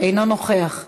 אינו נוכח,